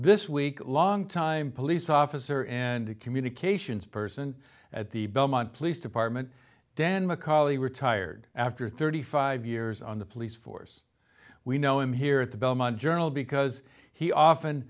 this week long time police officer and a communications person at the belmont police department dan mccauley retired after thirty five years on the police force we know him here at the belmont journal because he often